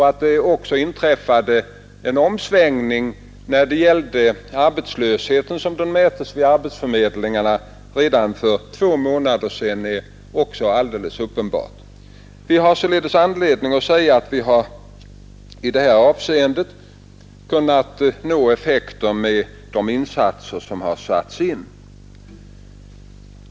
Att det också inträffat en omsvängning i arbetslösheten, som den mäts vid arbetsförmedlingarna, redan för två månader sedan är alldeles uppenbart. Vi har således anledning säga att vi i det här avseendet kunnat nå effekter med våra insatser.